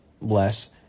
less